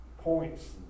points